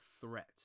threat